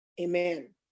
Amen